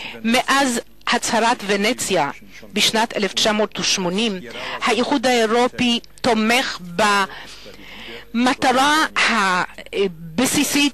מאז הצהרת ונציה בשנת 1980 האיחוד האירופי תומך במטרה הבסיסית,